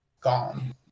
gone